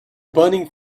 burning